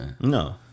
No